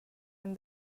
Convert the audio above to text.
and